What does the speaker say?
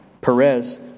Perez